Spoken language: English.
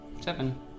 Seven